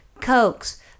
Cokes